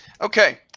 okay